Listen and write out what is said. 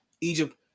Egypt